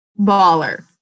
baller